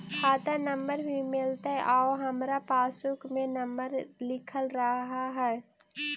खाता नंबर भी मिलतै आउ हमरा पासबुक में नंबर लिखल रह है?